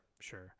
sure